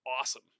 awesome